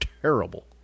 terrible